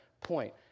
point